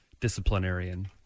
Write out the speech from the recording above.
disciplinarian